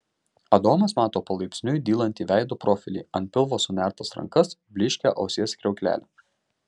adomas mato palaipsniui dylantį veido profilį ant pilvo sunertas rankas blyškią ausies kriauklelę